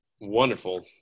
wonderful